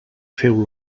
feu